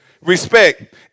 Respect